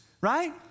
right